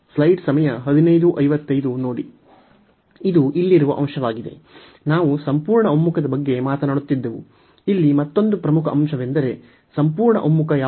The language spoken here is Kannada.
ಇದು ಇಲ್ಲಿರುವ ಅಂಶವಾಗಿದೆ ನಾವು ಸಂಪೂರ್ಣ ಒಮ್ಮುಖದ ಬಗ್ಗೆ ಮಾತನಾಡುತ್ತಿದ್ದೆವು ಇಲ್ಲಿ ಮತ್ತೊಂದು ಪ್ರಮುಖ ಅಂಶವೆಂದರೆ ಸಂಪೂರ್ಣ ಒಮ್ಮುಖ ಯಾವುದು